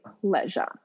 pleasure